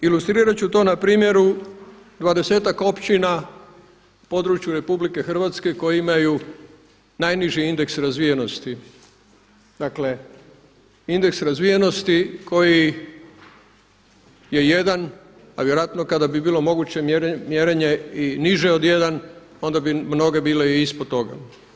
Ilustrirat ću to na primjeru dvadesetak općina, području Republike Hrvatske koji imaju najniži indeks razvijenosti, dakle indeks razvijenosti koji je jedan a vjerojatno kada bi bilo moguće mjerenje i niže od jedan onda bi mnoge bile i ispod toga.